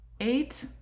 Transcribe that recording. Eight